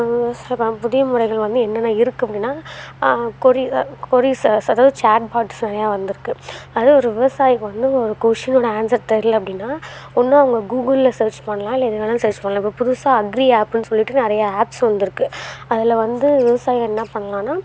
ஒரு சில ப புதியமுறைகள் வந்து என்னென்ன இருக்குது அப்படின்னா கொரி கொரீஸ் ஸ அதாவது சேட்பாட்ஸ் நிறையா வந்திருக்கு அதே ஒரு விவசாயிக்கு வந்து ஒரு கொஷினோடய அன்ஸர் தெரில அப்படின்னா ஒன்று அவங்க கூகுளில் சேர்ச் பண்ணலாம் இல்லை எதில் வேணாலும் சேர்ச் பண்ணலாம் இப்போ புதுசாக அக்ரி ஆப்புனு சொல்லிட்டு நிறைய ஆப்ஸ் வந்திருக்கு அதில் வந்து விவசாயிகள் என்ன பண்ணலான்னா